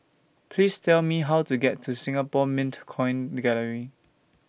Please Tell Me How to get to Singapore Mint Coin Gallery